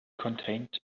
contained